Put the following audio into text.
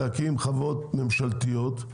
להקים חוות ממשלתיות,